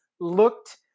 looked